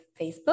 Facebook